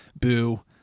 Boo